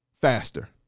faster